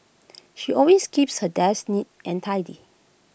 she always keeps her desk neat and tidy